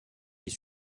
est